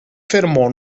fermò